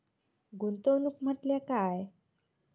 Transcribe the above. गुंतवणूक म्हटल्या काय?